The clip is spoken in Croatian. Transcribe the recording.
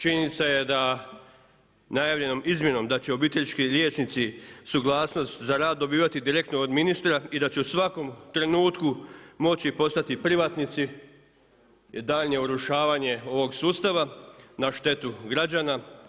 Činjenica je da najavljenom izmjenom da će obiteljski liječnici suglasnost za rad dobivati direktno od ministra i da će u svakom trenutku moći postati privatnici, je daljnje urušavanje ovog sustava, na štetu građana.